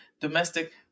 domestic